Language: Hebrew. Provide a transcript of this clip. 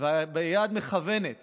וביד מכוונת